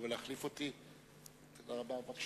שבעצם ישבו בבית הזה וקבעו